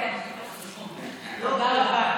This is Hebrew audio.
תודה רבה.